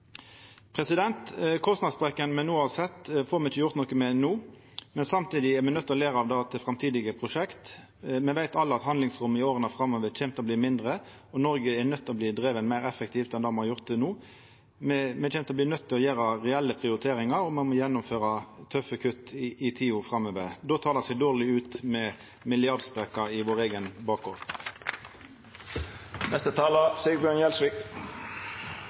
me no har sett, får me ikkje gjort noko med no. Samtidig er me nøydde til å læra av det til framtidige prosjekt. Me veit alle at handlingsrommet i åra framover kjem til å bli mindre, og Noreg er nøydd til å bli drive meir effektivt enn me har gjort til no. Me kjem til å bli nøydde til å gjera reelle prioriteringar, og me må gjennomføra tøffe kutt i tida framover. Då tek det seg dårleg ut med milliardsprekkar i vår eigen